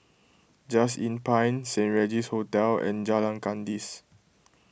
Just Inn Pine Saint Regis Hotel and Jalan Kandis